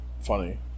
funny